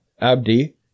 Abdi